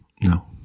No